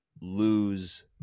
lose